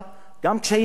וגם קשיים אחרים.